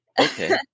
Okay